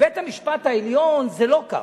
בבית-המשפט העליון זה לא כך.